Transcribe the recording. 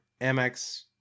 Amex